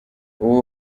ubu